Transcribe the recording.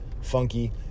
funky